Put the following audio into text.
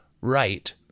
right